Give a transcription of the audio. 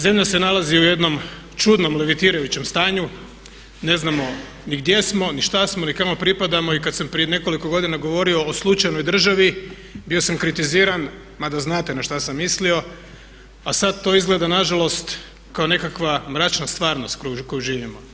Zemlja se nalazi u jednom čudnom limitirajućem stanju, ne znamo ni gdje smo, ni šta smo ni kako pripadamo i kad sam prije nekoliko godina govorio o slučajnoj državi, bio sam kritiziran, mada znate na šta sam mislio a sad to izgleda nažalost kao nekakva mračna stvarnost koju živimo.